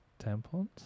tampons